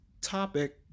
topic